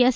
S